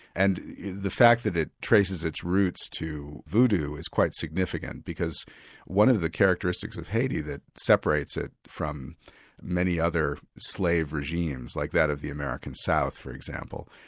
and the fact that it traces its roots to voodoo is quite significant, because one of the characteristics of haiti that separates it from many other slave regimes, like that of the american south for example,